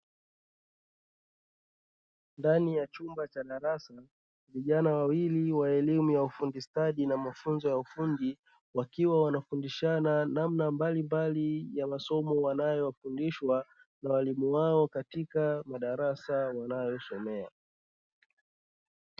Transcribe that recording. Ndani ya chumba cha darasa vijana wawili wa elimu ya ufundi stadi na mafunzo ya ufundi wakiwa wanafundishana namna mbalimbali ya masomo wanayofundishwa na walimu wao katika madarasa wanayosomea.